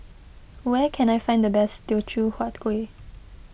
where can I find the best Teochew Huat Kueh